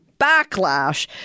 backlash